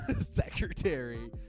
Secretary